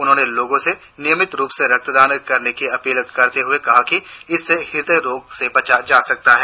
उन्होंने लोगों से नियमित रुप से रक्तदान करने की अपील करते हुए कहा कि इससे हृदय रोग से बचा जा सकता है